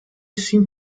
seem